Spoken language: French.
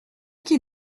qu’il